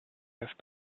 have